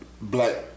black